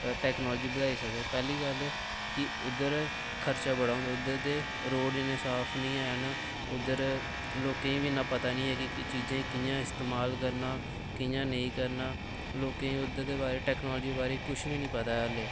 बधाई सकै पैह्ली गल्ल कि उद्धर खर्चा बड़ा होंदा उद्धर दे रोड इ'न्ने साफ नीं हैन उद्धर लोकें गी बी इ'न्ना पता नीं ऐ कि चीजें गी कियां इस्तेमाल करना कियां नेई करना लोकें गी उद्धर दे बारै च टैक्नोलजी दे बारे च कुछ बी नीं पता ऐ अल्ले